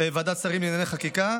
ועדת שרים לענייני חקיקה,